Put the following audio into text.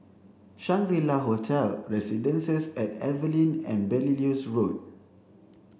Shangri La Hotel Residences and Evelyn and Belilios Road